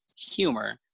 humor